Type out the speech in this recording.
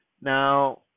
Now